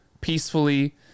peacefully